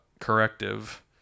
corrective